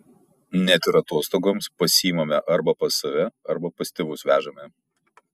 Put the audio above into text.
net ir atostogoms pasiimame arba pas save arba pas tėvus vežame